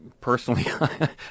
Personally